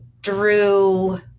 drew